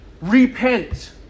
Repent